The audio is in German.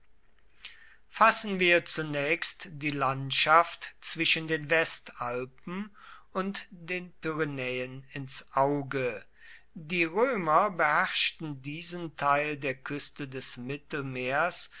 fassen wir zunächst die landschaft zwischen den westalpen und den pyrenäen ins auge die römer beherrschten diesen teil der küste des mittelmeers